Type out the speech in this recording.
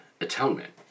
atonement